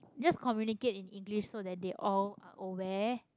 just communicate in English so that they all aware